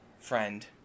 friend